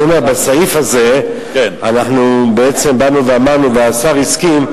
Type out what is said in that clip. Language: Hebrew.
בסעיף הזה אנחנו בעצם באנו ואמרנו, והשר הסכים,